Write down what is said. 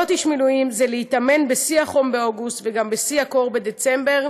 להיות איש מילואים זה להתאמן בשיא החום באוגוסט וגם בשיא הקור בדצמבר,